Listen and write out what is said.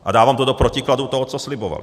A dávám to do protikladu toho, co slibovali.